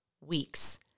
weeks